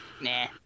Nah